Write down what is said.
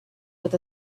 with